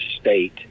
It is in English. state